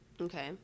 Okay